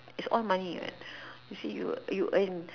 it's all money what you see you you earn